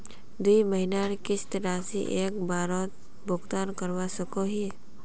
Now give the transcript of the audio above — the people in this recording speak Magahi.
दुई महीनार किस्त राशि एक बारोत भुगतान करवा सकोहो ही?